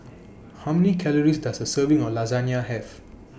How Many Calories Does A Serving of Lasagne Have